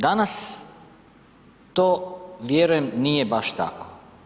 Danas to, vjerujem nije baš tako.